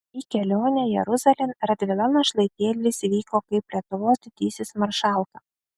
į kelionę jeruzalėn radvila našlaitėlis vyko kaip lietuvos didysis maršalka